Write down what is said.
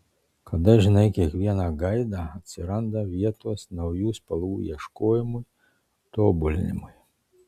kada žinai kiekvieną gaidą atsiranda vietos naujų spalvų ieškojimui tobulinimui